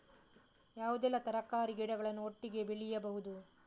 ಯಾವುದೆಲ್ಲ ತರಕಾರಿ ಗಿಡಗಳನ್ನು ಒಟ್ಟಿಗೆ ಬೆಳಿಬಹುದು?